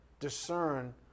discern